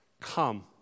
come